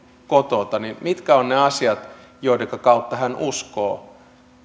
kotoa mitkä ovat ne asiat joidenka kautta hän uskoo